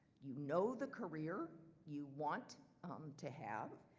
you know the career you want to have,